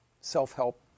self-help